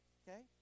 okay